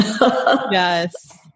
Yes